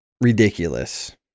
ridiculous